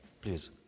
Please